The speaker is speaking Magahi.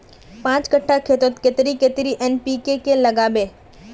पाँच कट्ठा खेतोत कतेरी कतेरी एन.पी.के के लागबे?